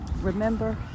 Remember